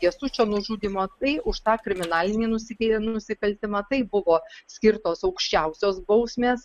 jasučio nužudymą tai už tą kriminalinį nusikė nusikaltimą taip buvo skirtos aukščiausios bausmės